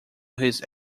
his